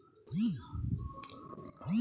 Bharat pay কি?